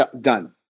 done